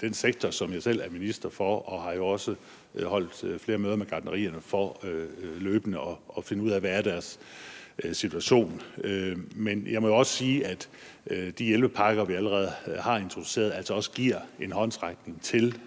den sektor, som jeg selv er minister for, og har også holdt flere møder med gartnerierne for løbende at finde ud af, hvad deres situation er. Men jeg må jo altså også sige, at de hjælpepakker, som vi allerede har introduceret, giver en håndsrækning til